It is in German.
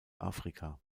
afrika